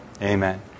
Amen